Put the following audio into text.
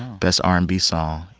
best r and b song,